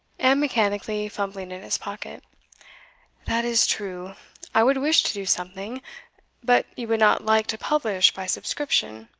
and mechanically fumbling in his pocket that is true i would wish to do something but you would not like to publish by subscription?